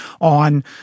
on